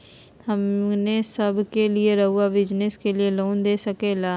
हमने सब के लिए रहुआ बिजनेस के लिए लोन दे सके ला?